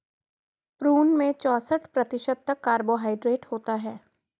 prune में चौसठ प्रतिशत तक कार्बोहायड्रेट होता है